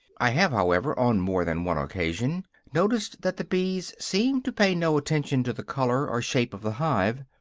i have, however, on more than one occasion noticed that the bees seem to pay no attention to the color or shape of the hive.